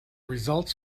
results